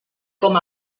com